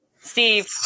Steve